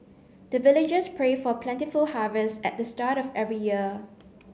the villagers pray for plentiful harvest at the start of every year